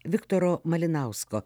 viktoro malinausko